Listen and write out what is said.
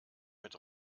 mit